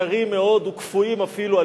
קרים מאוד וקפואים אפילו,